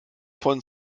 von